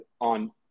on